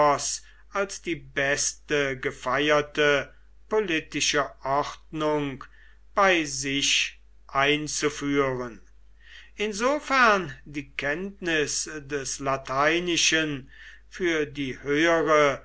als die beste gefeierte politische ordnung bei sich einzuführen insofern die kenntnis des lateinischen für die höhere